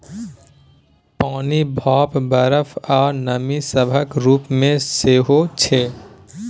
पानि, भाप, बरफ, आ नमी सभक रूप मे सेहो छै